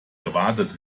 gewartet